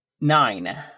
nine